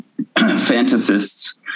fantasists